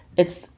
it's.